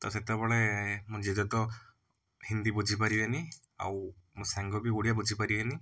ତ ସେତେବେଳେ ମୋ ଜେଜେ ତ ହିନ୍ଦୀ ବୁଝି ପାରିବେନି ଆଉ ମୋ ସାଙ୍ଗ ବି ଓଡ଼ିଆ ବୁଝି ପାରିବେନି